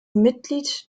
mitglied